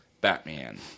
Batman